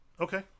Okay